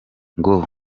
ngo